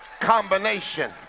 combination